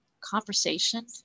conversation